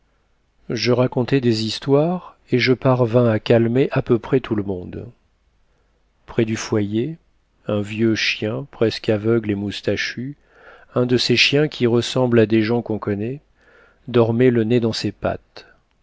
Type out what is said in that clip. je racontai des histoires et je parvins à calmer à peu près tout le monde près du foyer un vieux chien presque aveugle et moustachu un de ces chiens qui ressemblent à des gens qu'on connaît dormait le nez dans ses pattes